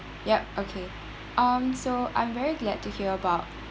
ya okay um so I'm very glad to hear about